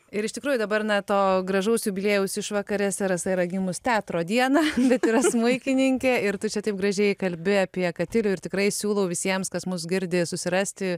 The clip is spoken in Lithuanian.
ir iš tikrųjų dabar na to gražaus jubiliejaus išvakarėse rasa yra gimus teatro dieną bet yra smuikininkė ir tu čia taip gražiai kalbi apie katilių ir tikrai siūlau visiems kas mus girdi susirasti